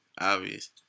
obvious